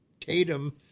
tatum